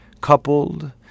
coupled